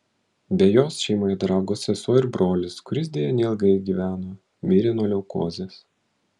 be jos šeimoje dar augo sesuo ir brolis kuris deja neilgai gyveno mirė nuo leukozės